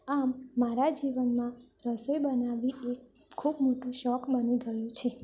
આમ મારા જીવનમાં રસોઈ બનાવવી એક ખૂબ મોટું શોખ બની ગયું છે